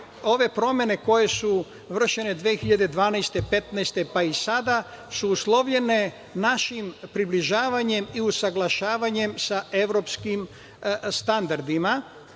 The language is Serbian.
ove promene, koje su vršene 2012, 2015, pa i sada, uslovljene našim približavanjem i usaglašavanjem sa evropskim standardima,